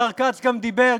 השר כץ גם דיבר,